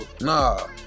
nah